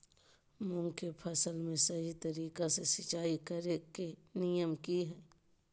मूंग के फसल में सही तरीका से सिंचाई करें के नियम की हय?